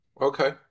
Okay